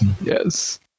Yes